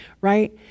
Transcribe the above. right